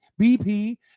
BP